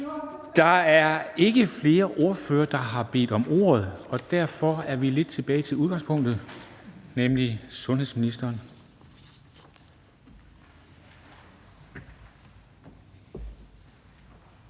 Der er ikke flere ordførere, der har bedt om ordet, og derfor er vi lidt tilbage ved udgangspunktet, nemlig sundhedsministeren.